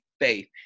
faith